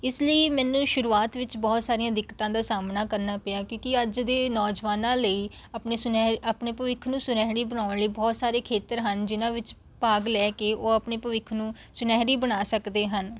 ਇਸ ਲਈ ਮੈਨੂੰ ਸ਼ੁਰੂਆਤ ਵਿੱਚ ਬਹੁਤ ਸਾਰੀਆਂ ਦਿੱਕਤਾਂ ਦਾ ਸਾਹਮਣਾ ਕਰਨਾ ਪਿਆ ਕਿਉਂਕਿ ਅੱਜ ਦੇ ਨੌਜਵਾਨਾਂ ਲਈ ਆਪਣੇ ਸੁਨਹਿ ਆਪਣੇ ਭਵਿੱਖ ਨੂੰ ਸੁਨਹਿਰੀ ਬਣਾਉਣ ਲਈ ਬਹੁਤ ਸਾਰੇ ਖੇਤਰ ਹਨ ਜਿਨ੍ਹਾਂ ਵਿੱਚ ਭਾਗ ਲੈ ਕੇ ਉਹ ਆਪਣੇ ਭਵਿੱਖ ਨੂੰ ਸੁਨਿਹਰੀ ਬਣਾ ਸਕਦੇ ਹਨ